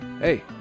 Hey